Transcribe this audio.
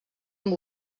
amb